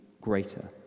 greater